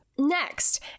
Next